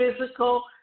physical